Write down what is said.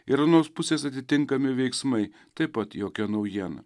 ir anos pusės atitinkami veiksmai taip pat jokia naujiena